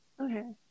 okay